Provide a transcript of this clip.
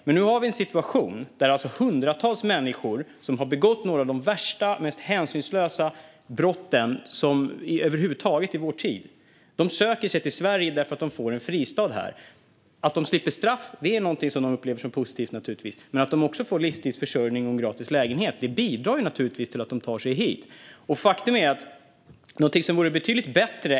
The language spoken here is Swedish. Men nu har vi en situation där hundratals människor som har begått några av de värsta och mest hänsynslösa brotten i vår tid söker sig till Sverige därför att de får en fristad här. Att de slipper straff är naturligtvis någonting som de upplever som positivt. Men att de också får livstids försörjning och en gratis lägenhet bidrar naturligtvis till att de tar sig hit.